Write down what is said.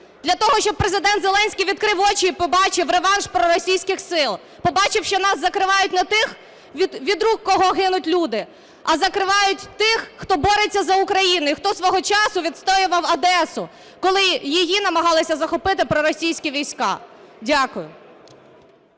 для того, щоб Президент Зеленський відкрив очі і побачив реванш проросійських сил, побачив, що у нас закривають не тих, від рук кого гинуть люди, а закривають тих, хто бореться за Україну і хто свого часу відстоював Одесу, коли її намагалися захопити проросійські війська. Дякую.